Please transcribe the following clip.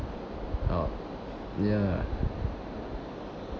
oh ya